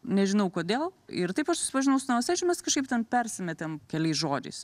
nežinau kodėl ir taip aš susipažinau su navasaičiu mes kažkaip ten persimetėm keliais žodžiais